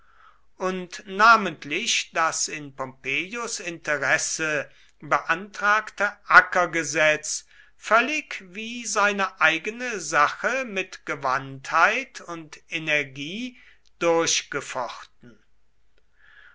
und namentlich das in pompeius interesse beantragte ackergesetz völlig wie seine eigene sache mit gewandtheit und energie durchgefochten